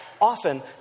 often